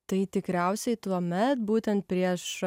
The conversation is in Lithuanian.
tai tikriausiai tuomet būtent prieš